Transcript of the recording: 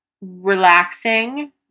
relaxing